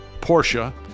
Porsche